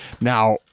Now